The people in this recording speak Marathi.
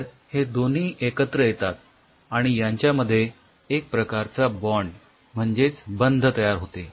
तर हे दोन्ही एकत्र येतात आणि यांच्यामध्ये एक प्रकारचा बॉण्ड म्हणजेच बंध तयार होते